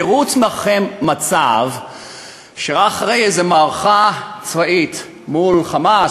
תארו לעצמכם מצב שאחרי איזה מערכה צבאית מול "חמאס",